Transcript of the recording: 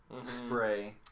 spray